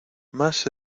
más